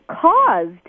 caused